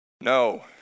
No